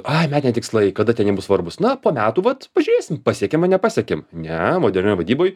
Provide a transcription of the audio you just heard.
ai metiniai tikslai kada ten jie bus svarbūs na po metų vat pažiūrėsim pasiekėm a nepasiekėm ne modernioj vadyboj